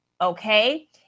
okay